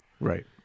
Right